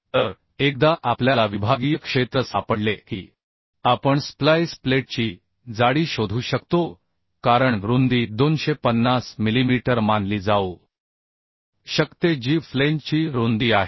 तर एकदा विभागीय क्षेत्रफळ शोधल्यानंतर आपण स्प्लिस प्लेटची जाडी शोधू शकतो कारण रुंदी 250 मिलीमीटर मानली जाऊ शकते जी फ्लँजची रुंदी आहे